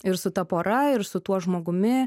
ir su ta pora ir su tuo žmogumi